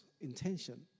intention